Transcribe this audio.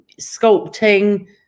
sculpting